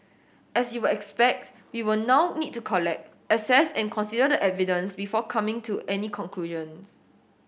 as you will expect we will now need to collect assess and consider the evidence before coming to any conclusions